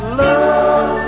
love